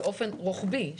באופן רוחבי.